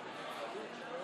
היא "איך נפלו